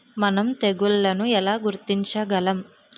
మనం తెగుళ్లను ఎలా గుర్తించగలం?